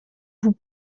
vous